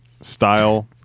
Style